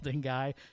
guy